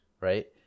right